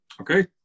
okay